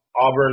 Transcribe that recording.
Auburn